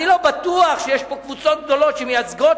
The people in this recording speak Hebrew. אני לא בטוח שיש פה קבוצות גדולות שמייצגות